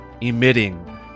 emitting